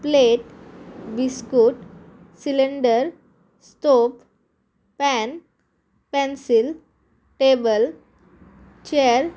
plate biscuit cylinder stove pen pencil table share